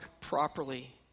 properly